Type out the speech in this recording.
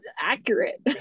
accurate